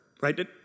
Right